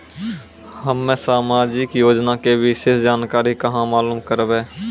हम्मे समाजिक योजना के विशेष जानकारी कहाँ मालूम करबै?